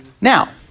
Now